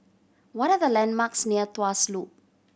what are the landmarks near Tuas Loop